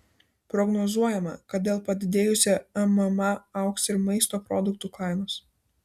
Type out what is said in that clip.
prognozuojama kad dėl padidėjusio mma augs ir maisto produktų kainos